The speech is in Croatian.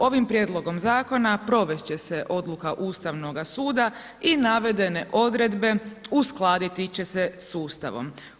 Ovim prijedlogom zakona, provesti će se odluka Ustavnoga suda i navedene odredbe uskladiti će se s Ustavom.